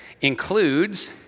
includes